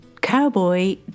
cowboy